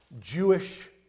Jewish